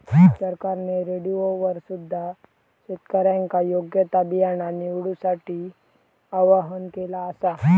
सरकारने रेडिओवर सुद्धा शेतकऱ्यांका योग्य ता बियाणा निवडूसाठी आव्हाहन केला आसा